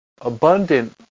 abundant